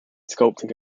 sculpting